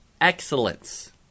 excellence